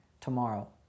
tomorrow